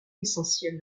essentiel